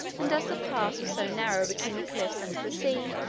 and as the pass was so narrow between the cliffs and the sea,